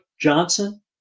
Johnson